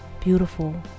beautiful